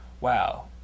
Wow